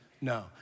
no